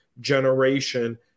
generation